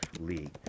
league